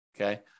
okay